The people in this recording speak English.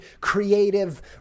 creative